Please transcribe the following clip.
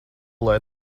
lai